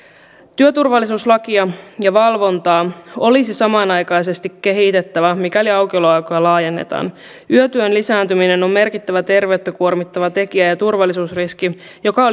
työturvallisuuslakia ja valvontaa olisi samanaikaisesti kehitettävä mikäli aukioloaikoja laajennetaan yötyön lisääntyminen on merkittävä terveyttä kuormittava tekijä ja turvallisuusriski joka